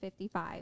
55